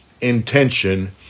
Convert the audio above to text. intention